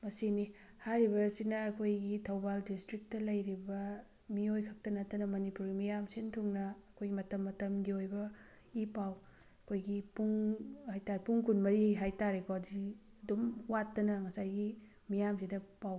ꯃꯁꯤꯅꯤ ꯍꯥꯏꯔꯤꯕ ꯑꯁꯤꯅ ꯑꯩꯈꯣꯏꯒꯤ ꯊꯧꯕꯥꯜ ꯗꯤꯁꯇ꯭ꯔꯤꯛꯇ ꯂꯩꯔꯤꯕ ꯃꯤꯑꯣꯏ ꯈꯛꯇ ꯅꯠꯇꯅ ꯃꯅꯤꯄꯨꯔꯤ ꯃꯤꯌꯥꯝ ꯁꯤꯟ ꯊꯨꯡꯅ ꯑꯩꯈꯣꯏ ꯃꯇꯝ ꯃꯇꯝꯒꯤ ꯑꯣꯏꯕ ꯏ ꯄꯥꯎ ꯑꯩꯈꯣꯏꯒꯤ ꯄꯨꯡ ꯍꯥꯏꯇꯥꯏ ꯄꯨꯡ ꯀꯨꯟꯃꯔꯤ ꯍꯥꯏꯇꯥꯔꯦꯀꯣ ꯁꯤ ꯑꯗꯨꯝ ꯋꯥꯠꯇꯅ ꯉꯁꯥꯏꯒꯤ ꯃꯤꯌꯥꯝꯁꯤꯗ ꯄꯥꯎ